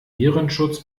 virenschutz